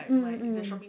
mm mm mm